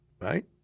right